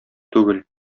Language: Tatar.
түгел